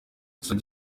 sgt